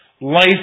life